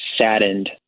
saddened